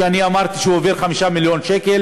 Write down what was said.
שאני אמרתי שהוא העביר 5 מיליון שקל,